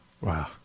wow